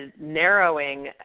narrowing